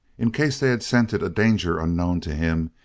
in case they had scented a danger unknown to him,